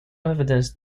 evidence